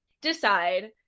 decide